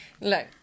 Look